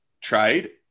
trade